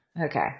Okay